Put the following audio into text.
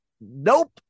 nope